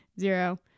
zero